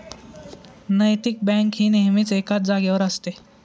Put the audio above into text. नैतिक बँक ही नेहमीच एकाच जागेवर असते